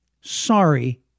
Sorry